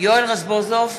יואל רזבוזוב,